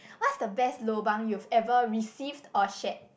what's the best lobang you've ever received or shared